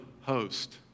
host